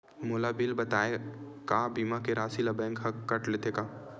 मोला बिना बताय का बीमा के राशि ला बैंक हा कत लेते का?